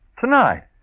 Tonight